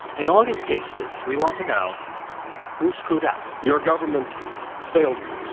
in all these cases, we want to know who screwed up? your government failed you.